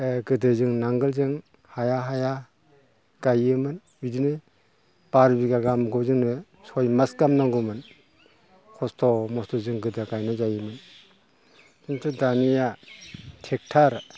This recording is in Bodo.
बे गोदो जों नांगोलजों हाया हाया गायोमोन बिदिनो बार' बिगा गाहामखौ जोङो सय मास गाहाम नांगौमोन खस्थ' मस्थ' जों गोदो गायनाय जायोमोन किन्तु दानिया ट्रेक्ट'र